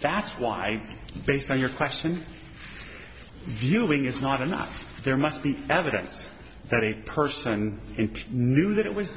that's why based on your question viewing is not enough there must be evidence that a person knew that it was